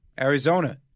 Arizona